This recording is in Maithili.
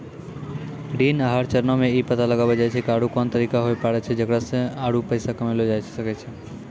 ऋण आहार चरणो मे इ पता लगाबै छै आरु कोन तरिका होय पाड़ै छै जेकरा से कि आरु पैसा कमयलो जाबै सकै छै